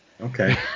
Okay